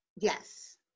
Yes